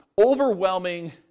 overwhelming